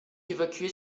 évacuer